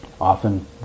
often